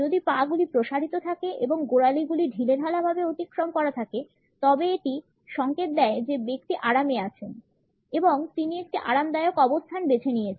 যদি পা গুলি প্রসারিত থাকে এবং গোড়ালিগুলি ঢিলেঢালাভাবে অতিক্রম করা থাকে তবে এটি সাধারণত সংকেত দেয় যে ব্যক্তিটি আরামে আছেন এবং তিনি একটি আরামদায়ক অবস্থান বেছে নিয়েছেন